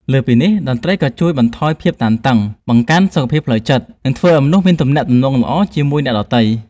លើសពីនេះ តន្ត្រីក៏ជួយបន្ថយភាពតានតឹង បង្កើនសុខភាពផ្លូវចិត្ត និងធ្វើឲ្យមនុស្សមានទំនាក់ទំនងល្អជាមួយអ្នកដទៃ